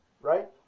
right